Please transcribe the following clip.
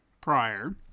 prior